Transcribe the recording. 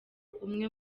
umwe